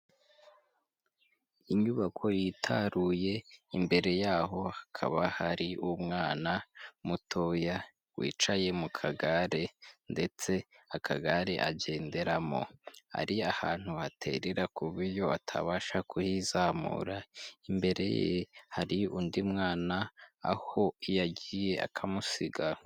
Inyubako yitaruye imbere yaho hakaba hari umwana mutoya wicaye mu kagare ndetse akagare agenderamo. Ari ahantu baterera ku buryo atabasha kuhizamura, imbere ye hari undi mwana aho yagiye akamusiga.